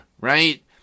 right